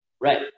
Right